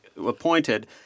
appointed